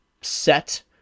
set